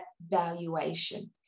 valuation